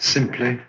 Simply